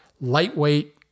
lightweight